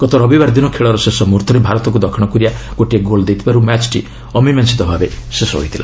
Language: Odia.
ଗତ ରବିବାର ଦିନ ଖେଳର ଶେଷ ମୁହୂର୍ତ୍ତରେ ଭାରତକୁ ଦକ୍ଷିଣ କୋରିଆ ଗୋଟିଏ ଗୋଲ୍ ଦେଇଥିବାରୁ ମ୍ୟାଚ୍ଟି ଅମିମାଂସିତ ଭାବେ ଶେଷ ହୋଇଥିଲା